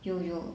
有有